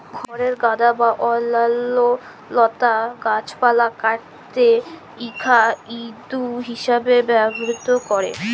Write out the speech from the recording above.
খড়ের গাদা বা অইল্যাল্য লতালা গাহাচপালহা কাইটে গখাইদ্য হিঁসাবে ব্যাভার ক্যরে